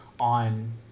on